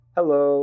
Hello